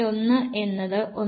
1 എന്നത് 1